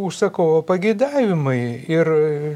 užsakovo pageidavimai ir